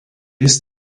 jis